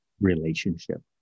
relationship